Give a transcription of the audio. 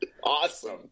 awesome